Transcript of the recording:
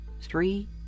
three